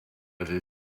avait